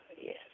Yes